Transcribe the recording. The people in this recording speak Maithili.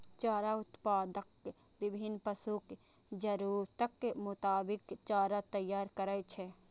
चारा उत्पादक विभिन्न पशुक जरूरतक मोताबिक चारा तैयार करै छै